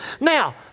Now